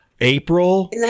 April